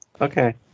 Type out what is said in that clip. okay